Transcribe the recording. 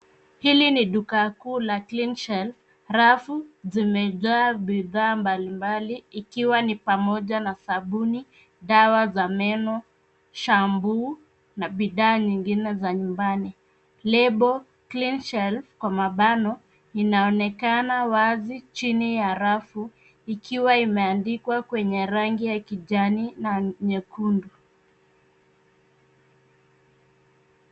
Hili ni duka kuu la CleanShelf , rafu, zimejaa bidhaa mbali mbali ikiwa ni pamoja na sabuni, dawa za meno, shampoo , na bidhaa nyingine za nyumbani, lebo, CleanShelf , kwa mabano, inaonekana wazi chini ya rafu, ikiwa imeandikwa kwenye rangi ya kijani na nyekundu.